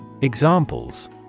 Examples